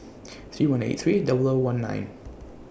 three one eight three double O one nine